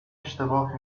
اشتباه